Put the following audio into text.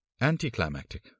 Anticlimactic